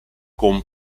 con